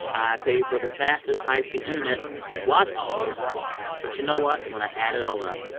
i pay for the fastest high-speed internet to watch all of those things. but you know what? when i add it all up,